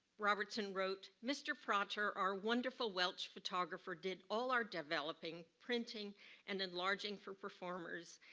robertson wrote, mr. prater our wonderful welch photographer did all our developing, printing and enlarging for performers.